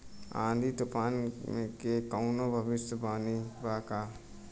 आँधी तूफान के कवनों भविष्य वानी बा की?